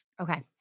Okay